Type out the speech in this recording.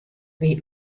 wie